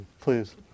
Please